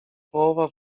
połowa